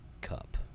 cup